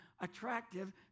attractive